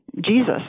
Jesus